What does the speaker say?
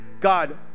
God